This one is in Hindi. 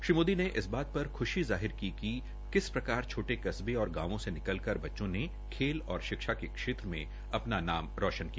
श्री मोदी ने इस बात पर खुशी जाहिर की कि किस प्रकार छोटे कस्बे और गांवों से निकल कर बच्चों ने खेल और शिक्षा के क्षेत्र में अपना नाम रौशन किया